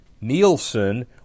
Nielsen